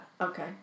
Okay